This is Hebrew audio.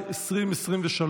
(זכאות לתגמולים וכן לפיצויים לפי חוק אחר ולפיצויים לדוגמה),